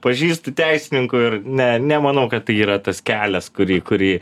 pažįstu teisininkų ir ne nemanau kad tai yra tas kelias kurį kurį